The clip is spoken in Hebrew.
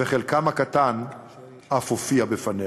וחלקם הקטן אף הופיע בפניה.